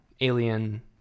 alien